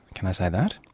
can i say that?